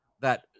that-